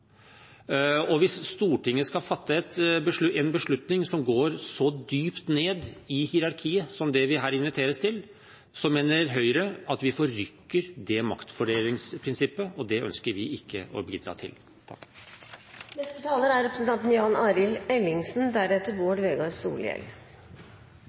galt hvis noe går galt. Hvis Stortinget skal fatte en beslutning som går så dypt ned i hierarkiet som det vi her inviteres til, mener Høyre at vi forrykker det maktfordelingsprinsippet, og det ønsker vi ikke å bidra til. La meg starte med – til representanten Solhjell: Hvis det er